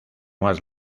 más